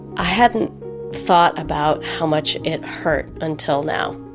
i hadn't thought about how much it hurt until now,